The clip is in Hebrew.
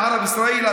(אומר בערבית: תתעוררו,